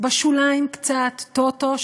בשוליים קצת טוטו,